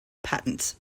patents